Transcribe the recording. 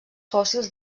fòssils